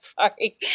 Sorry